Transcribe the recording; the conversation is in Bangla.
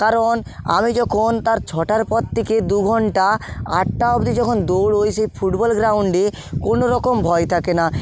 কারণ আমি যখন তার ছটার পর থেকে দু ঘন্টা আটটা অবধি যখন দৌড়ই সেই ফুটবল গ্রাউণ্ডে কোনওরকম ভয় থাকে না